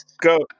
Go